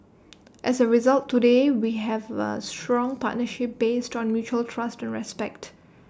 as A result today we have A strong partnership based on mutual trust and respect